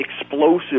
explosive